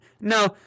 No